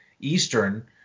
eastern